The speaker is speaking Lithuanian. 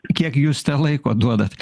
kiek jūs ten laiko duodat